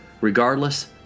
Regardless